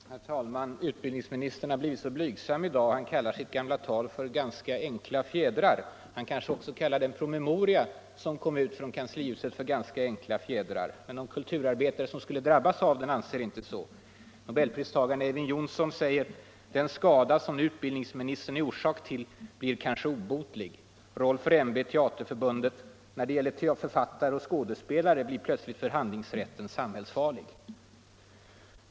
Herr talman! Utbildningsministern har blivit så blygsam i dag. Han kallar sitt tal i Brunnsvik för ”ganska enkla fjädrar”. Han kanske också kallar den promemoria som kom ut från kanslihuset för ganska enkla fjädrar. Men de kulturarbetare som skulle drabbas av den anser inte så. Nobelpristagaren Eyvind Johnson säger: ”Den skada som nu utbildningsministern är orsak till blir kanske obotlig.” Rolf Rembe i Teaterförbundet menar, att ”när det gäller författare och skådespelare blir plötsligt förhandlingsrätten samhällsfarlig”.